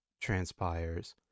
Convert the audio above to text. transpires